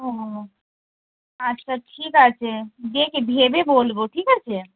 ও আচ্ছা ঠিক আছে গয়ে কি ভেবে বলবো ঠিক আছে